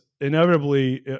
inevitably